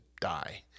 die